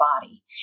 body